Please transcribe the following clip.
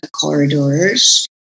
corridors